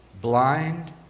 blind